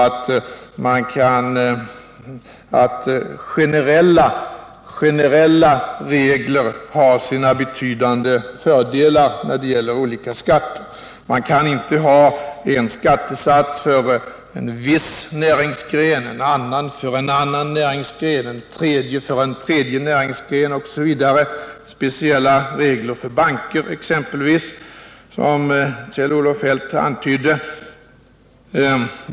Det är väl vidare så att generella skatteregler har betydande fördelar i olika sammanhang. Man kan inte ha en skattesats för en viss näringsgren, en annan för en annan näringsgren, en tredje för en tredje näringsgren osv. — exempelvis sådana speciella regler för banker som Kjell-Olof Feldt antydde.